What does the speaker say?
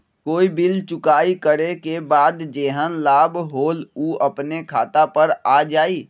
कोई बिल चुकाई करे के बाद जेहन लाभ होल उ अपने खाता पर आ जाई?